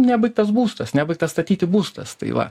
nebaigtas būstas nebaigtas statyti būstas tai va